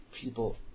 people